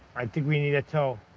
i think we need a tow. oh,